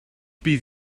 bydd